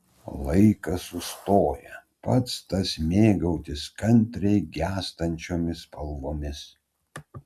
laikas sustoja pats tas mėgautis kantriai gęstančiomis spalvomis